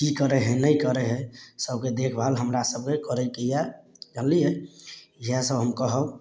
की करय हइ नहि करय हइ सबके देखभाल हमरा सबके करयके यऽ जनलियै इएह सब हम कहब